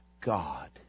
God